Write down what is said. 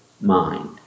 mind